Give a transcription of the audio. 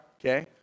okay